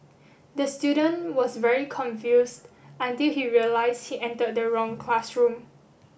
the student was very confused until he realised he entered the wrong classroom